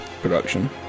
production